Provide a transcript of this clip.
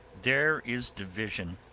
there is division,